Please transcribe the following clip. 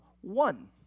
one